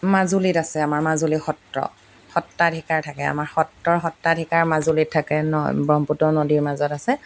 মাজুলীত আছে আমাৰ মাজুলীৰ সত্ৰ সত্ৰাধিকাৰ থাকে আমাৰ সত্ৰৰ সত্ৰাধিকাৰ মাজুলীত থাকে ন ব্ৰহ্মপুত্ৰ নদীৰ মাজত আছে